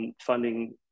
funding